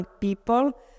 people